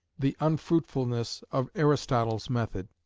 the unfruitfulness of aristotle's method.